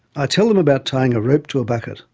i tell them about tying a rope to a bucket,